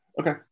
Okay